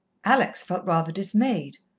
alex felt rather dismayed,